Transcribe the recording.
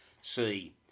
see